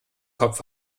kopf